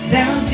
Down